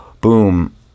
Boom